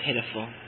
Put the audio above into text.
pitiful